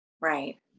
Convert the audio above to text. Right